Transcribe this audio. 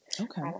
Okay